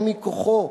או מכוחו.